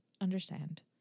understand